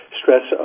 stress